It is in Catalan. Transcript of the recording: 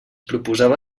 proposava